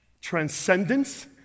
Transcendence